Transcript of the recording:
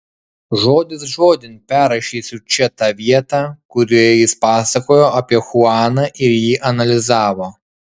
žodis žodin perrašysiu čia tą vietą kurioje jis pasakojo apie chuaną ir jį analizavo